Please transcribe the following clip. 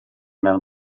mewn